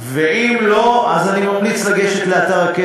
אני זוכר את תשובתך, ואני רוצה לדון בה בוועדה.